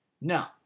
Now